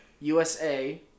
USA